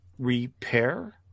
Repair